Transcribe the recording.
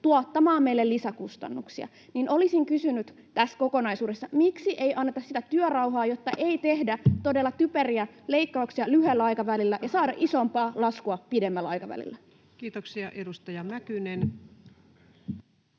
tuottamaan meille lisäkustannuksia. Miksi ei anneta sitä työrauhaa, jotta ei tehdä todella typeriä leikkauksia lyhyellä aikavälillä ja saada isompaa laskua pidemmällä aikavälillä? Kiitoksia. — Edustaja Mäkynen.